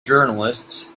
journalists